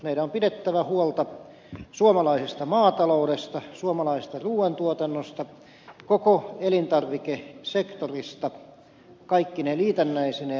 meidän on pidettävä huolta suomalaisesta maataloudesta suomalaisesta ruuantuotannosta koko elintarvikesektorista kaikkine liitännäisineen